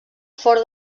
fora